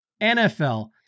nfl